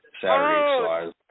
Saturday